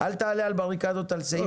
אל תעלה על בריקדות על סעיף שולי.